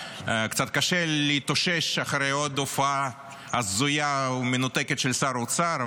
קצת קשה להתאושש אחרי עוד הופעה הזויה ומנותקת של שר האוצר,